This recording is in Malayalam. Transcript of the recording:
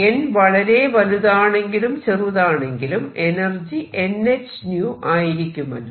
n വളരെ വലുതാണെങ്കിലും ചെറുതാണെങ്കിലും എനർജി nh𝜈 ആയിരിക്കുമല്ലോ